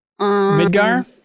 Midgar